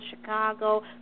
Chicago